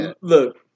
Look